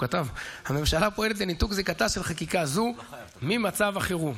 הממשלה פועלת לניתוק זיקתה של חקיקה זו ממצב החירום.